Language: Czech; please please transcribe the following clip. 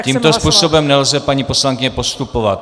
Tímto způsobem nelze, paní poslankyně, postupovat.